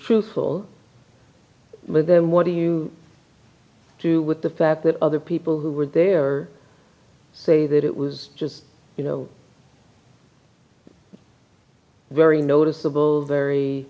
truthful with them what do you do with the fact that other people who were there say that it was just you know very noticeable very